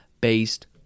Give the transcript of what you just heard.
based